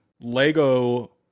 Lego